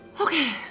Okay